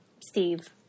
Steve